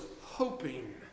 hoping